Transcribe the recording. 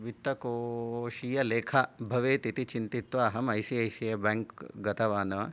वित्तकोशीय लेखा भवेत् इति चिन्तयित्वा अहम् I C I C I bank गतवान्